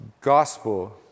gospel